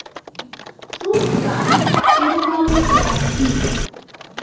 Fruit fly pheromone trap কি?